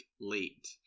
late